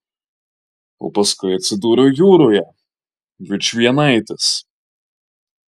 o paskui atsidūriau jūroje vičvienaitis